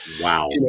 wow